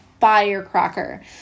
firecracker